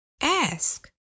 Ask